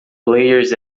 players